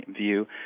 view